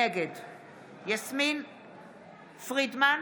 נגד יסמין פרידמן,